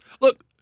Look